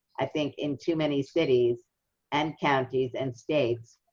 i think in too many cities and counties and states,